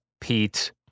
Pete